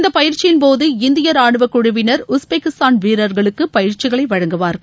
இந்த பயிற்சியின்போது இந்திய ரானுவக் குழுவினர் உஸ்பெகிஸ்தான் வீரர்களுக்கு பயிற்சிகளை வழங்குவார்கள்